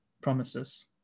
promises